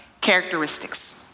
characteristics